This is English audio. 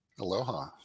Aloha